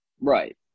Right